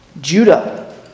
Judah